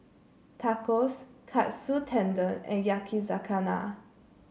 Tacos Katsu Tendon and Yakizakana